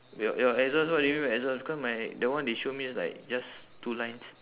your your exhaust what do you mean by exhaust cause my the one they show me is like just two lines